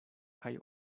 kaj